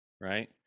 right